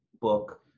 book